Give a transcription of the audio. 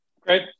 Great